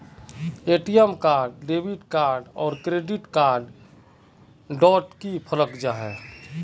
ATM card debit card आर credit card डोट की फरक जाहा?